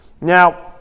Now